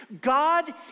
God